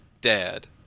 dad